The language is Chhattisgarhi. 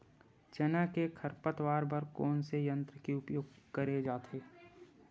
चना के खरपतवार बर कोन से यंत्र के उपयोग करे जाथे?